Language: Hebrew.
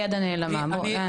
״היד הנעלמה״.